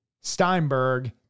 Steinberg